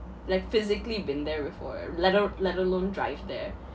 like physically been there before let al~ let alone drive there